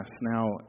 now